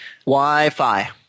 wi-fi